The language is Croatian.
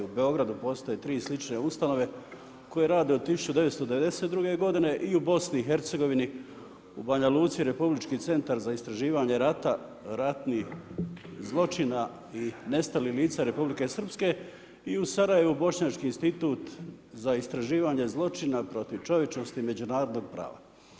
U Beogradu postoje tri slične ustanove koje rade od 1992. godine i u BiH-u u Banja Luci, Republički centar za istraživanje rata, ratnih zločina i nestalih lica Republike Srpske i u Sarajevu, Bošnjački institut za istraživanje zločina protiv čovječnosti i međunarodnog prava.